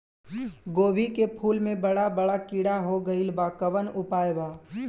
गोभी के फूल मे बड़ा बड़ा कीड़ा हो गइलबा कवन उपाय बा?